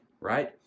right